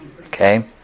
okay